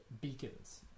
Beacons